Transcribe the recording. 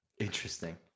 Interesting